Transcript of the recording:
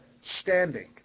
standing